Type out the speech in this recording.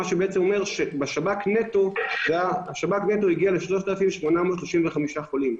מה שבעצם אומר שמהשב"כ נטו הגיעו ל-3,835 חולים.